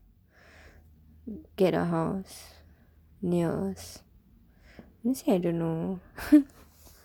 get a house near us honestly I don't know